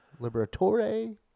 Liberatore